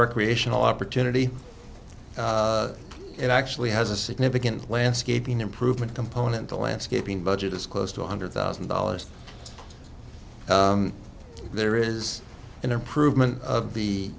recreational opportunity it actually has a significant landscaping improvement component a landscaping budget is close to one hundred thousand dollars there is an improvement of the